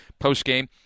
postgame